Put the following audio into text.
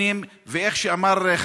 כפי שאמר סגן שר האוצר,